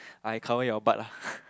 I cover your butt lah